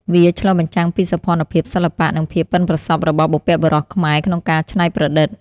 វាឆ្លុះបញ្ចាំងពីសោភ័ណភាព សិល្បៈ និងភាពប៉ិនប្រសប់របស់បុព្វបុរសខ្មែរក្នុងការច្នៃប្រឌិត។